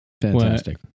Fantastic